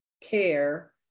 care